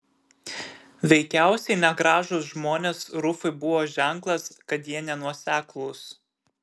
veikiausiai negražūs žmonės rufui buvo ženklas kad jie nenuoseklūs